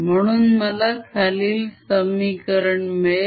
म्हणून मला खालील समीकरण मिळेल